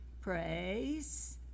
Praise